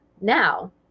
now